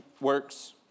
works